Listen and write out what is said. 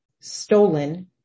stolen